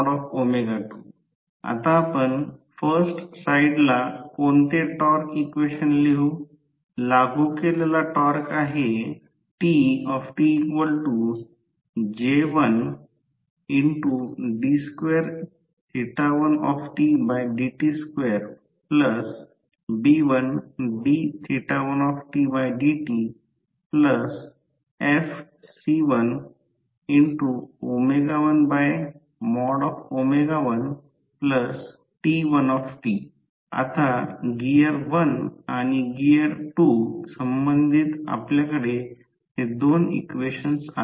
T2tJ2d22dt2B2d2dtFc222 आता आपण first साईडला कोणते टॉर्क इक्वेशन लिहू लागू केलेला टॉर्क आहे TtJ1d21tdt2B1d1tdtFc111T1 आता गियर 1 आणि गिअर 2 संबंधित आपल्याकडे हे 2 इक्वेशन आहे